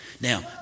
Now